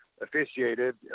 officiated